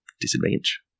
disadvantage